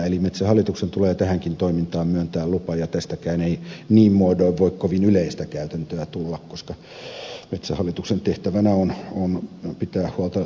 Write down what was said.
eli metsähallituksen tulee tähänkin toimintaan myöntää lupa ja tästäkään ei niin muodoin voi kovin yleistä käytäntöä tulla koska metsähallituksen tehtävänä on pitää huolta näistä luonnonsuojelualueista